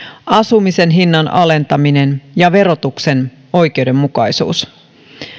asumisen hinnan alentaminen ja verotuksen oikeudenmukaisuus